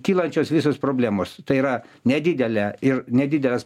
kylančios visos problemos tai yra nedidelė ir nedideles